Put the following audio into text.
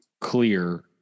clear